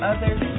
Others